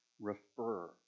refer